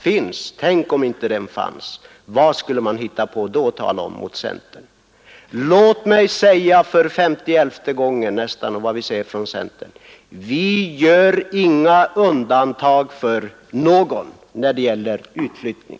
Vad skulle man annars hitta på att tala om när det gäller centerns pådrivande inställning till regionalpolitiken. Låt mig för femtioelfte gången understryka: vi från centerns sida gör inte undantag för någon när det gäller utflyttning.